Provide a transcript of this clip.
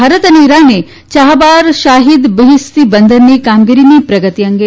ભારત અને ઇરાને Chabahar Shahid Beheshti બંદરની કામગીરીની પ્રગતિ અંગે